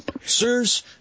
sirs